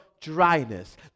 dryness